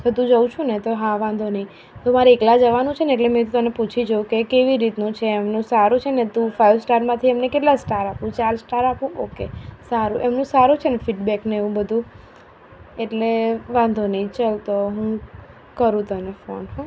એ તું જાઉ છું ને તો હાં વાંધો નહીં હું મારે એકલા જવાનું છે એટલે મેં તને પૂછી જોવું કે કેવી રીતના છે એમ ને સારું છે ને તું ફાઈવ સ્ટારમાંથી એમને કેટલા સ્ટાર આપે ચાર સ્ટાર આપું ઓકે સારું એમનું સારું છે ને ફિડબેકને એવું બધું એટલે વાંધો નહીં ચલ તો હું કરું તને ફોન હો